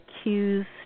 accused